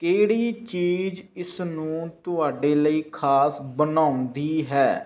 ਕਿਹੜੀ ਚੀਜ਼ ਇਸ ਨੂੰ ਤੁਹਾਡੇ ਲਈ ਖਾਸ ਬਣਾਉਂਦੀ ਹੈ